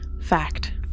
Fact